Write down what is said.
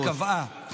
שקבעה